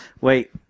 Wait